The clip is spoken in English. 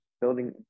building